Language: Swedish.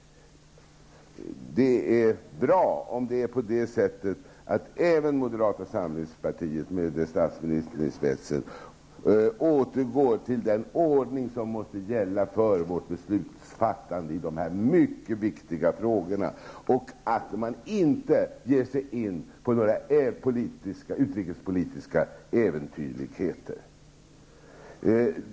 Det är bra om även moderata samlingspartiet, med statsministern i spetsen, återgår till den ordning som måste gälla för vårt beslutsfattande i dessa mycket viktiga frågor, och att man inte ger sig in på några utrikespolitiska äventyrligheter.